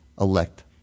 elect